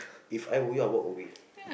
If I were you I walk away